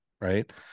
right